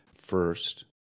First